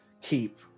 keep